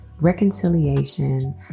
reconciliation